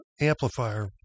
amplifier